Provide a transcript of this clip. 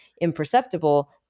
imperceptible